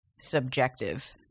subjective